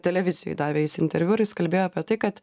televizijoj davė jis interviu ir jis kalbėjo apie tai kad